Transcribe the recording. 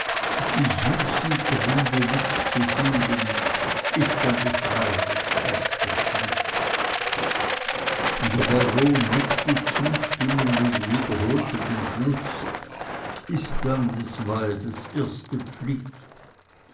die süßen triebe mitzufühlen ist dann des weibes erste pflicht der baron nickte zustimmend und wiederholte den schluß ist dann des weibes erste pflicht